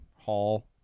hall